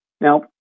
Now